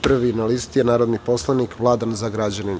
Prvi na listi je narodni poslanik Vlada Zagrađanin.